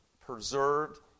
preserved